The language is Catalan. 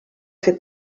fer